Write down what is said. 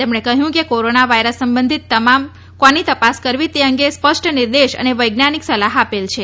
તેમણે કહ્યું કે કોરોના વાઇરસ સંબંધિત તપાસ કોની કરવી તે અંગે સ્પષ્ટ નિર્દશ અને વૈજ્ઞાનિક સલાહ આપેલ છે